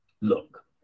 Look